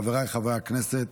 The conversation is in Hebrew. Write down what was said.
חבריי חברי הכנסת,